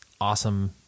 awesome